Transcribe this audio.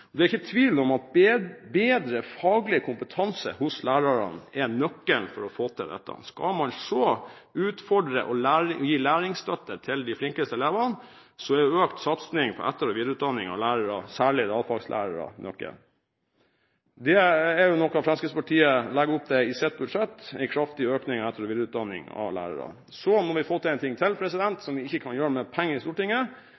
Det er ikke tvil om at bedre faglig kompetanse hos lærerne er nøkkelen for å få til dette. Skal man se, utfordre og gi læringsstøtte til de flinkeste elevene, så er økt satsing på etter- og videreutdanning av lærere – særlig realfagslærere – nøkkelen. Det er noe Fremskrittspartiet legger opp til i sitt budsjett – en kraftig økning av etter- og videreutdanning av lærerne. Så må vi få til en ting til,